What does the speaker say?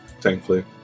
thankfully